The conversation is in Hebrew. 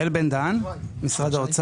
428 עד 433, משרד ראש